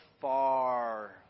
far